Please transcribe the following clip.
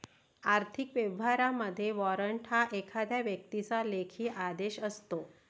आर्थिक व्यवहारांमध्ये, वॉरंट हा एखाद्या व्यक्तीचा लेखी आदेश असतो